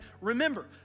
Remember